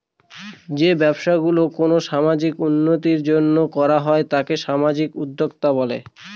যে ব্যবসা গুলো কোনো সামাজিক উন্নতির জন্য করা হয় তাকে সামাজিক উদ্যক্তা বলে